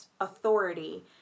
authority